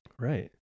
Right